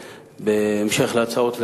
בהמשך להצעות האי-אמון.